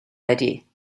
ready